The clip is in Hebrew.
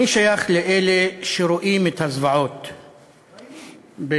אני שייך לאלה שרואים את הזוועות בעזה,